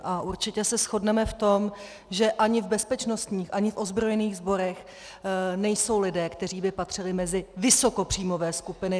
A určitě se shodneme v tom, že ani v bezpečnostních, ani v ozbrojených sborech nejsou lidé, kteří by patřili mezi vysokopříjmové skupiny.